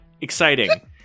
exciting